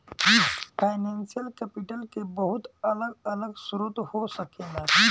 financial capital के बहुत अलग अलग स्रोत हो सकेला